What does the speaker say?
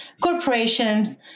corporations